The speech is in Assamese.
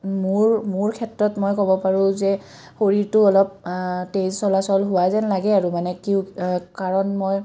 মোৰ মোৰ ক্ষেত্ৰত মই ক'ব পাৰোঁ যে শৰীৰটো অলপ তেজ চলাচল হোৱ যেন লাগে আৰু মানে কি কাৰণ মই